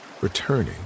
returning